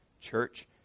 church